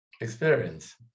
experience